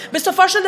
בסופו של דבר,